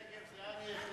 מירי רגב, החלטנו.